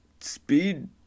speed